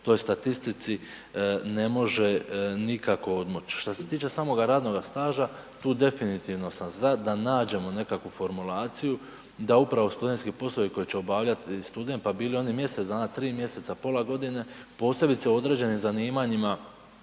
toj statistici ne može nikako odmoći. Šta se tiče samoga radnoga staža, tu definitivno sam za da nađemo nekakvu formulaciju da upravo studentski poslovi koje će obavljati student pa bili oni mjesec dana, 3 mjeseca, pola godine posebice u određenim zanimanjima